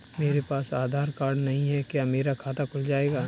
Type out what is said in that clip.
मेरे पास आधार कार्ड नहीं है क्या मेरा खाता खुल जाएगा?